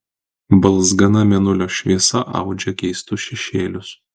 balzgana mėnulio šviesa audžia keistus šešėlius